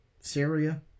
Syria